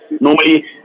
normally